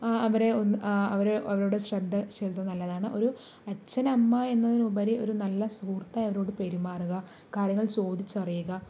അവരെ ഒന്ന് അവരെ അവരുടെ ശ്രദ്ധ ചെലുത്തുന്നത് നല്ലതാണ് ഒരു അച്ഛൻ അമ്മ എന്നതിലുപരി നല്ല സുഹൃത്തായി അവരോട് പെരുമാറുക കാര്യങ്ങൾ ചോദിച്ചറിയിയുക